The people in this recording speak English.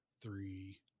three